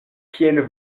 kiel